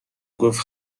گفت